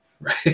Right